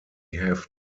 have